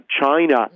China